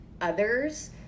others